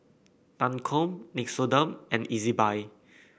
Lancome Nixoderm and Ezbuy